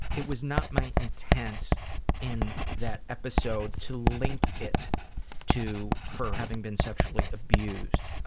it was not my intent in that episode to link it to her having been sexually abused.